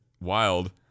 wild